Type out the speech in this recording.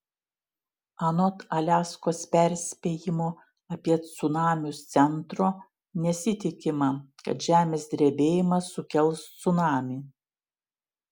anot aliaskos perspėjimo apie cunamius centro nesitikima kad žemės drebėjimas sukels cunamį